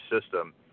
system